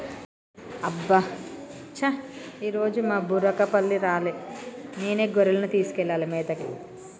అబ్బ చా ఈరోజు మా బుర్రకపల్లి రాలే నేనే గొర్రెలను తీసుకెళ్లాలి మేతకి